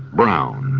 brown,